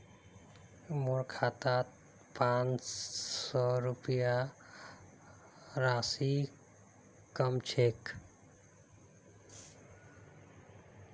मोर खातात त पांच सौ रुपए स कम राशि छ